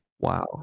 Wow